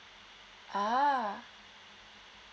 ah